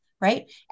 right